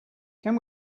can